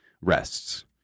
rests